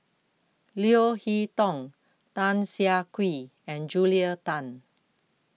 Leo Hee Tong Tan Siah Kwee and Julia Tan